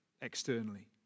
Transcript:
externally